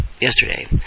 yesterday